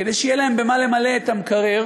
כדי שיהיה להם במה למלא את המקרר,